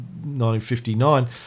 1959